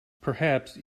perhaps